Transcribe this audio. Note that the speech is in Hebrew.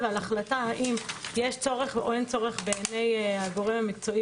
ועל החלטה האם יש צורך או אין צורך בעיני הגורם המקצועי